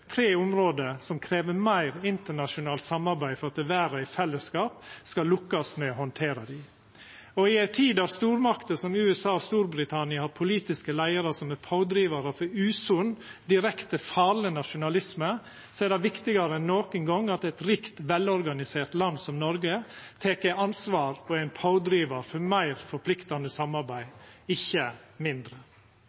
tre område som krev meir internasjonalt samarbeid for at verda i fellesskap skal lukkast med å handtera dei. I ei tid der stormakter som USA og Storbritannia har politiske leiarar som er pådrivarar for usunn og direkte farleg nasjonalisme, er det viktigare enn nokon gong at eit rikt, velorganisert land som Noreg tek ansvar og er ein pådrivar for meir forpliktande samarbeid,